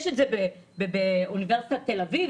יש את זה באוניברסיטת תל אביב,